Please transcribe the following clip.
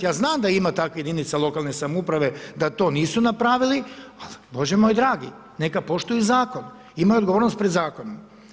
Ja znam da ima takvih jedinica lokalne samouprave da to nisu napravili, ali Bože moj dragi, neka poštuju zakon, imaju odgovornost pred zakonom.